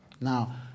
Now